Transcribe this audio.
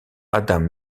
adam